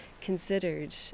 considered